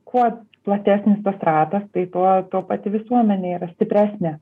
kuo platesnis tas ratas tai tuo tuo pati visuomenė yra stipresnė